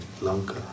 Lanka